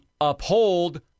uphold